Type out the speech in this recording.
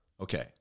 Okay